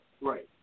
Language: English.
Right